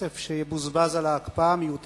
בכסף שיבוזבז על ההקפאה המיותרת,